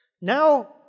Now